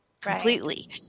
completely